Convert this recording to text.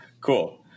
Cool